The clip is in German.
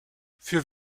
für